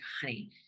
honey